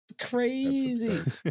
Crazy